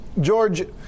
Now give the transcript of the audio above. George